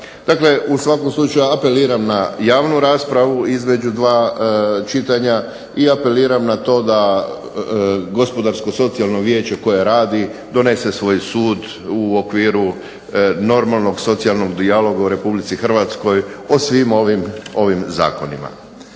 Dakle, u svakom slučaju apeliram na javnu raspravu između 2 čitanja i apeliram na to da Gospodarsko-socijalno vijeće koje radi donese svoj sud u okviru normalnog socijalnog dijaloga u RH o svim ovim zakonima.